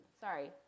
sorry